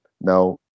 now